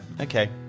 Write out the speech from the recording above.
okay